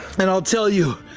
and i'll tell you,